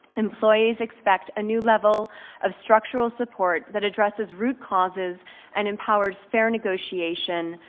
employees expect a new level of structural support that addresses root causes and empowers fair negotiation,